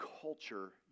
culture